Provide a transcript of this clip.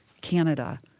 Canada